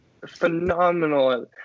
phenomenal